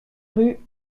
rue